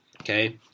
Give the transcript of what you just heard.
Okay